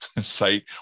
site